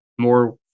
more